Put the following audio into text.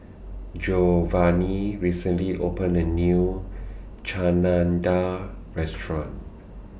Giovani recently opened A New Chana Dal Restaurant